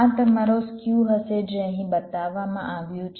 આ તમારો સ્ક્યુ હશે જે અહીં બતાવવામાં આવ્યું છે